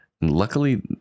Luckily